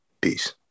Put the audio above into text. Peace